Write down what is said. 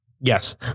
Yes